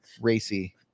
racy